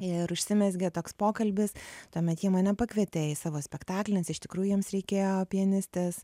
ir užsimezgė toks pokalbis tuomet jie mane pakvietė į savo spektaklį nes iš tikrųjų jiems reikėjo pianistės